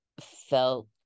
felt